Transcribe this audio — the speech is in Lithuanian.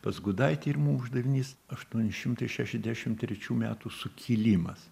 pas gudaitį ir mum uždavinys aštuoni šimtai šešiasdešim trečių metų sukilimas